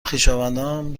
خویشاوندان